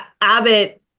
Abbott